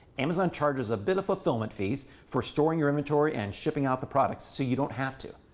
amazon charges a bit of fulfillment fees for storing your inventory and shipping out the products so you don't have to.